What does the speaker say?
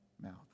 mouth